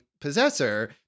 Possessor